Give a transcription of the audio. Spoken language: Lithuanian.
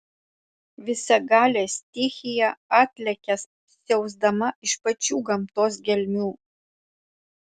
visagalė stichija atlekia siausdama iš pačių gamtos gelmių